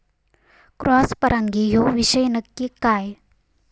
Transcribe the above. Cross परागी ह्यो विषय नक्की काय?